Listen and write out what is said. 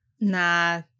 Nah